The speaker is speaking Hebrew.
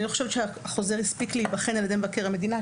אני לא חושבת שהחוזר הספיק להיבחן על-ידי מבקר המדינה,